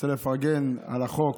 החוק,